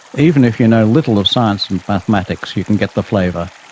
even if you know little of science and mathematics, you can get the flavour.